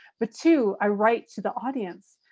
but, two i write to the audience.